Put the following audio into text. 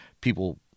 people